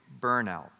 burnout